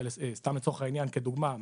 סתם לצורך העניין כדוגמה,